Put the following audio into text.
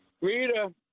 Rita